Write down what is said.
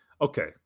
okay